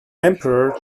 emperor